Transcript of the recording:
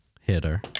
hitter